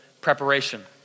preparation